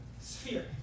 sphere